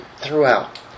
throughout